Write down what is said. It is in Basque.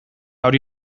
hori